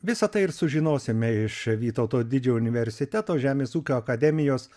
visą tai ir sužinosime iš vytauto didžiojo universiteto žemės ūkio akademijos